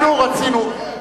אנחנו רצינו,